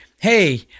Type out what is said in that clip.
hey